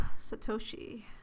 Satoshi